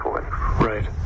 Right